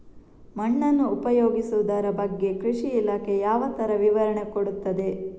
ಮಣ್ಣನ್ನು ಉಪಯೋಗಿಸುದರ ಬಗ್ಗೆ ಕೃಷಿ ಇಲಾಖೆ ಯಾವ ತರ ವಿವರಣೆ ಕೊಡುತ್ತದೆ?